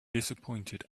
disappointed